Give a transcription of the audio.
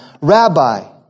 Rabbi